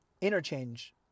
interchange